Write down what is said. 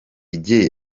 jye